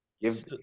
Give